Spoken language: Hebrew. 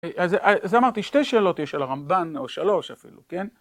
אז זה אמרתי שתי שאלות יש על הרמבן או שלוש אפילו, כן?